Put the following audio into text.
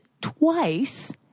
twice